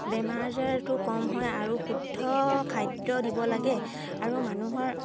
বেমাৰ আজাৰটো কম হয় আৰু শুদ্ধ খাদ্য দিব লাগে আৰু মানুহৰ